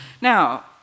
Now